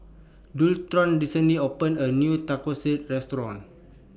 Daulton recently opened A New Tonkatsu Restaurant